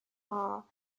are